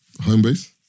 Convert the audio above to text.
Homebase